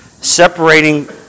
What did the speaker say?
separating